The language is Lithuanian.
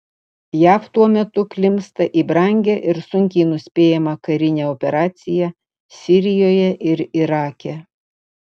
jav tuo metu klimpsta į brangią ir sunkiai nuspėjamą karinę operaciją sirijoje ir irake